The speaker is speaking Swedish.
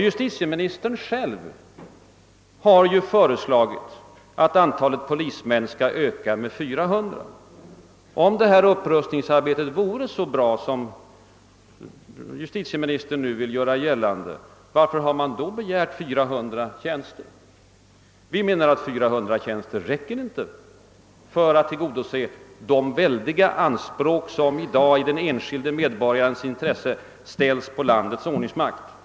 Justitieministern har själv föreslagit att antalet polismän skall öka med 400. Om upprustningsarbetet vore så bra som justitieministern nu vill göra gällande, varför har han då begärt 400 nya tjänster? Vi menar att 400 tjänster inte räcker för att tillgodose de väldiga anspråk, som i dag i den enskilde medborgarens intresse ställs på landets ordningsmakt.